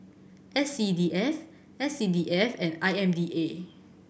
S C D F S C D F and I M D A